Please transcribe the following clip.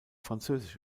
französisch